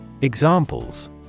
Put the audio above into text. Examples